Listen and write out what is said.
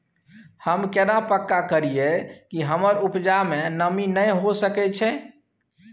हम केना पक्का करियै कि हमर उपजा में नमी नय होय सके छै?